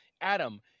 Adam